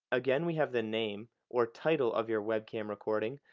again we have the name, or title of your webcam recording,